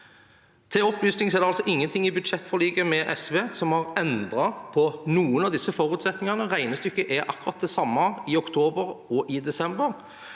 Til opplysning er det altså ingenting i budsjettforliket med SV som har endret på noen av disse forutsetningene. Tallgrunnlaget er akkurat det samme i oktober og i desember.